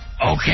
Okay